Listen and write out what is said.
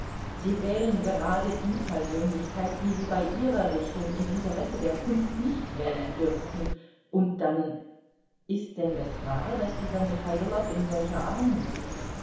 sie wählen gerade die persönlichkeit die sie bei ihrer richtung im interesse der kunst nicht wählen dürften und dann ist denn das wahr daß dieser michailow in solcher armut lebt